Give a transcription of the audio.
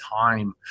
time